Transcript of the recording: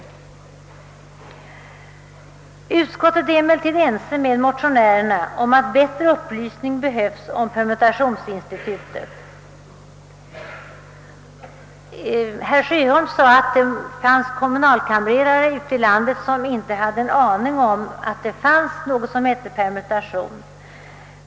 Utskottet är emellertid ense med motionärerna om att bättre upplysning behövs om permutationsinstitutet. Herr Sjöholm sade att det finns kommunalkamrerare ute i landet som inte har någon aning om att det finns någonting som heter permutation.